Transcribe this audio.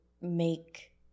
make